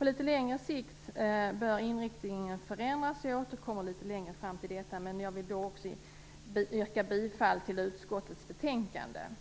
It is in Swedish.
På litet längre sikt bör inriktningen förändras. Jag återkommer längre fram till detta. Jag yrkar bifall till utskottets hemställan.